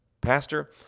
Pastor